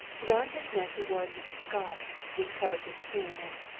round his neck he wore a knitted scarf, which covered his chin, and,